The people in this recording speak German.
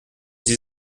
sie